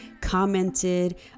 commented